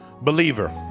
Believer